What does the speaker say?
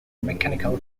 mechanical